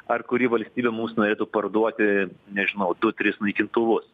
ar kuri valstybė mums norėtų parduoti nežinau du tris naikintuvus